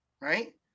right